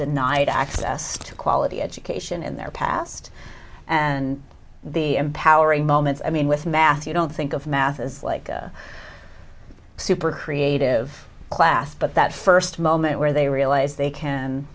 tonight access to quality education in their past and the empowering moment i mean with math you don't think of math as like a super creative class but that first moment where they realize they can